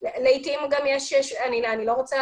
לפעמים יש בכל זאת נסיבות מסוימות, בטבלה